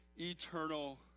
eternal